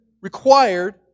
required